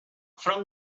from